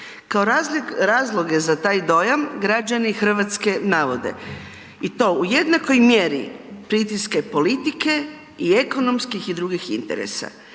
Kao razloge za taj dojam građani Hrvatske navode i to u jednakoj mjeri pritiske politike i ekonomskih i drugih interesa.